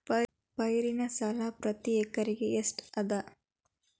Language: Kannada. ಪೈರಿನ ಸಾಲಾ ಪ್ರತಿ ಎಕರೆಗೆ ಎಷ್ಟ ಅದ?